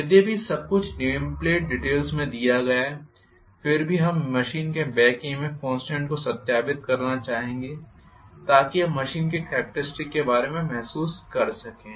यद्यपि सब कुछ नेमप्लेट डीटेल्स में दिया गया है फिर भी हम मशीन के बॅक ईएमएफ कॉन्स्टेंट को सत्यापित करना चाहेंगे ताकि आप मशीन की कॅरेक्टरिस्टिक्स के बारे में महसूस कर सकें